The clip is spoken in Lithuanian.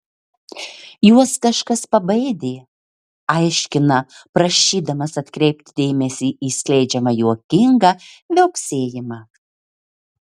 juos kažkas pabaidė aiškina prašydamas atkreipti dėmesį į skleidžiamą juokingą viauksėjimą